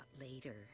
later